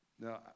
now